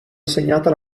assegnata